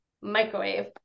microwave